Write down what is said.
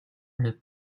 are